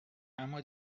اما